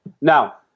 Now